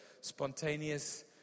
spontaneous